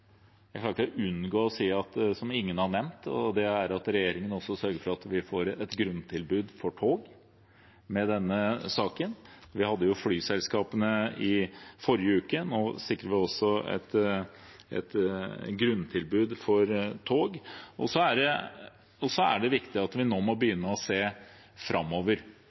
jeg ikke unngå å nevne noe som ingen har nevnt, og det er at regjeringen også har sørget for at vi får et grunntilbud for tog med denne saken. Vi hadde flyselskapene oppe i forrige uke. Nå sikrer vi også et grunntilbud for tog. Det er viktig at vi begynner å se framover.